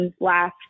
last